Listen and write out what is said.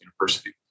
university